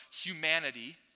humanity